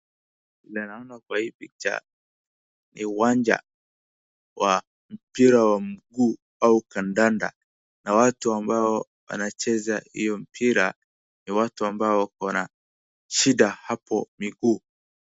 Vile naona kwa hii picha, ni uwanja wa mpira wa mguu au kandanda na watu ambao wanacheza hio mpira ni watu ambao wakona shida hapo miguu.